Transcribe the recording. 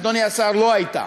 אדוני השר, לא הייתה.